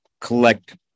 collect